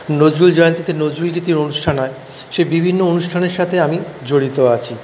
নজরুল জয়ন্তীতে নজরুল গীতির অনুষ্ঠান হয় সেই বিভিন্ন অনুষ্ঠানের সাথে আমি জড়িত আছি